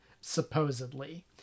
supposedly